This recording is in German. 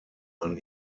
man